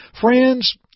Friends